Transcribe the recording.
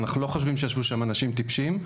אנחנו לא חושבים שישבו שם אנשים טיפשים,